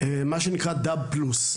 מה שנקרא דאב פלוס.